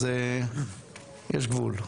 אז יש גבול.